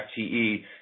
FTE